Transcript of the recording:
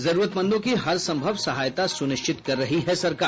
जरूरतमंदों की हर संभव सहायता सुनिश्चित कर रही है सरकार